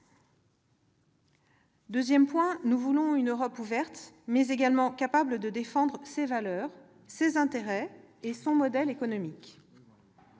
Deuxième point : nous voulons une Europe ouverte, mais également capable de défendre ses valeurs, ses intérêts et son modèle économique.